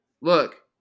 look